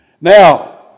Now